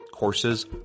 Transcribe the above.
Courses